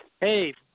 Hey